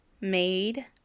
made